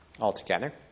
altogether